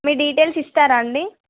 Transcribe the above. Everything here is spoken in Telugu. మీ డీటెయిల్స్ ఇస్తారా అండి